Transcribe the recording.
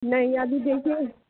नहीं अभी देखिए